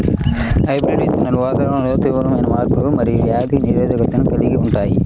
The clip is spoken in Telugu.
హైబ్రిడ్ విత్తనాలు వాతావరణంలో తీవ్రమైన మార్పులకు మరియు వ్యాధి నిరోధకతను కలిగి ఉంటాయి